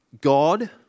God